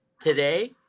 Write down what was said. today